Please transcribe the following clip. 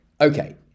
Okay